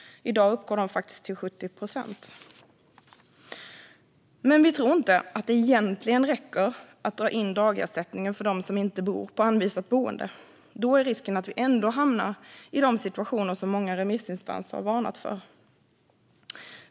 I dag uppgår de faktiskt till 70 procent. Men vi tror inte att det egentligen räcker att bara dra in dagersättningen för dem som inte bor på anvisat boende. Då är risken att vi ändå hamnar i de situationer som många remissinstanser varnar för.